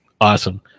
Awesome